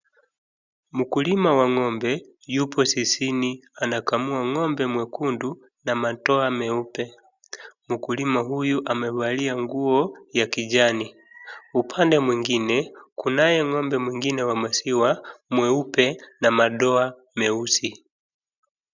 Mkulima wa ng'ombe yupo zizini anakamua ng'ombe mwekundu na madoa meupe mkulima huyu amevalia nguo ya kijani. Upande mwingine kunaye ng'ombe mwingine wa maziwa mweupe na madoa meusi.